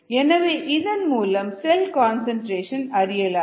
எனவே இதன் மூலம் செல் கன்சன்ட்ரேஷன் அறியலாம்